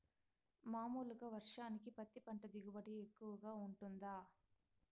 మామూలుగా వర్షానికి పత్తి పంట దిగుబడి ఎక్కువగా గా వుంటుందా?